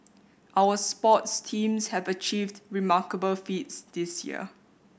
our sports teams have achieved remarkable feats this year